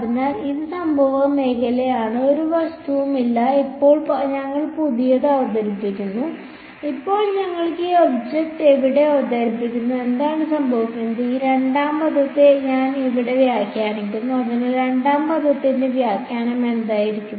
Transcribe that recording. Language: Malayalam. അതിനാൽ ഇത് സംഭവ മേഖലയാണ് ഒരു വസ്തുവും ഇല്ല ഇപ്പോൾ ഞങ്ങൾ പുതിയത് അവതരിപ്പിക്കുന്നു ഇപ്പോൾ ഞങ്ങൾ ഈ ഒബ്ജക്റ്റ് ഇവിടെ അവതരിപ്പിക്കുന്നു എന്താണ് സംഭവിക്കുന്നത് ഈ രണ്ടാം പദത്തെ ഞാൻ ഇവിടെ വ്യാഖ്യാനിക്കുന്നു അതിനാൽ രണ്ടാമത്തെ പദത്തിന്റെ വ്യാഖ്യാനം എന്തായിരിക്കണം